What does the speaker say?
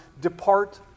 depart